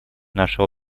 нашей